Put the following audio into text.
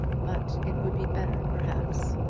but it would be better, perhaps,